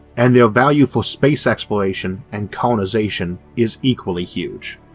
and their value for space exploration and colonization is equally huge.